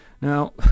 Now